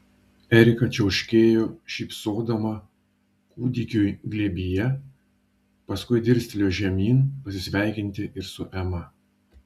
erika čiauškėjo šypsodama kūdikiui glėbyje paskui dirstelėjo žemyn pasisveikinti ir su ema